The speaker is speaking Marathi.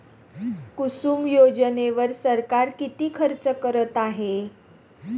कुसुम योजनेवर सरकार किती खर्च करत आहे?